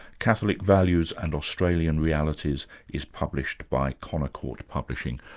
catholic values and australian realities is published by connor court publishing.